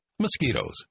mosquitoes